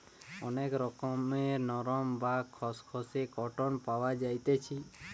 অনেক রকমের নরম, বা খসখসে কটন পাওয়া যাইতেছি